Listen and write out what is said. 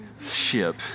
ship